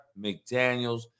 McDaniels